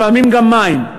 לפעמים גם מים.